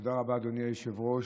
תודה רבה, אדוני היושב-ראש,